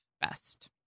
best